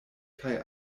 kaj